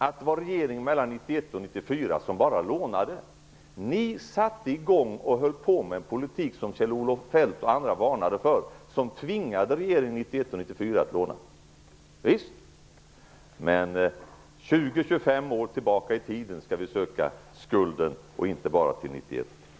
att det var regeringen mellan 1991 och 1994 som bara lånade. Ni ägnade er åt en politik som Kjell-Olof Feldt och andra varnade för och som tvingade regeringen 1991-1994 att låna. Visst. Men 20-25 år tillbaka i tiden skall vi söka skulden och inte bara 1991 och senare.